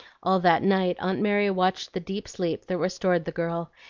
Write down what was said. all that night aunt mary watched the deep sleep that restored the girl,